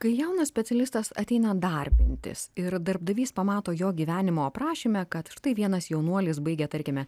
kai jaunas specialistas ateina darbintis ir darbdavys pamato jo gyvenimo aprašyme kad štai vienas jaunuolis baigia tarkime